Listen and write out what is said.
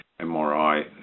MRI